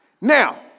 Now